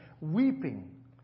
weeping